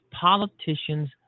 Politicians